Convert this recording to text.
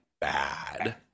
bad